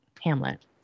Hamlet